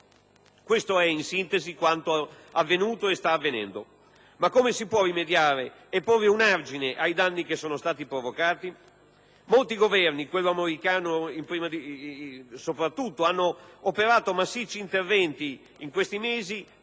Questo è, in sintesi, quanto è avvenuto e quanto sta avvenendo. Ma come si può rimediare e porre un argine ai danni che sono stati provocati? Molti Governi, quello americano soprattutto, in questi mesi hanno operato massicci interventi di breve